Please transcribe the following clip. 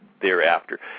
thereafter